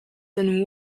been